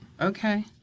Okay